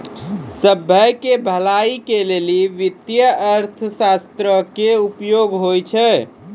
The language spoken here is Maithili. सभ्भे के भलाई के लेली वित्तीय अर्थशास्त्रो के उपयोग होय छै